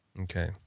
Okay